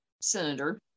senator